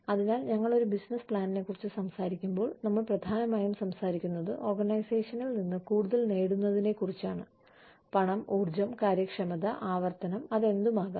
അതിനാൽ ഞങ്ങൾ ഒരു ബിസിനസ് പ്ലാനിനെക്കുറിച്ച് സംസാരിക്കുമ്പോൾ നമ്മൾ പ്രധാനമായും സംസാരിക്കുന്നത് ഓർഗനൈസേഷനിൽ നിന്ന് കൂടുതൽ നേടുന്നതിനെക്കുറിച്ചാണ് പണം ഊർജ്ജം കാര്യക്ഷമത ആവർത്തനം അത് എന്തുമാകാം